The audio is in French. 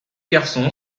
garçon